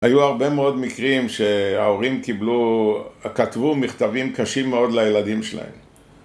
‫היו הרבה מאוד מקרים שההורים ‫כתבו מכתבים קשים מאוד לילדים שלהם.